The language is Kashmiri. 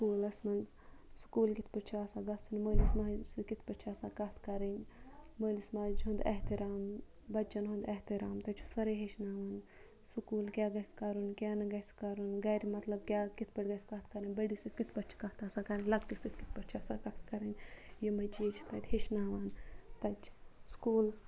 سکوٗلَس مَنٛز سکوٗل کِتھ پٲٹھۍ چھُ آسان گَژھُن مٲلِس ماجہِ سۭتۍ کِتھ پٲٹھۍ چھِ آسان کَتھ کَرٕنۍ مٲلِس ماجہِ ہُنٛد احتِرام بَچَن ہُنٛد احتِرام تَتہِ چھُ سورُے ہیٚچھناوان سکوٗل کیاہ گَژھِ کَرُن کیاہ نہٕ گَژھِ کَرُن گَرٕ مَطلَب کیاہ کِتھ پٲتھۍ گَژھِ کَتھ کَرٕنۍ بٔڑِس سۭتۍ کِتھ پٲٹھۍ چھِ آسان کَتھ کَرٕنۍ لۄکٹِس سۭتۍ کِتھ پٲٹھۍ چھِ آسان کَتھ کَرٕنۍ یِمے چیٖز چھِ تَتہِ ہیٚچھناوان تَتہِ چھِ سکوٗل